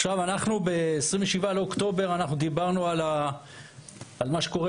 עכשיו אנחנו ב- 27 לאוקטובר אנחנו דיברנו על מה שקורה